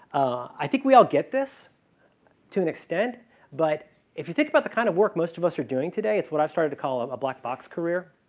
i think we all get this to an extent but if you think about the kind of work most of us are doing today, it's what i started to call a black box career,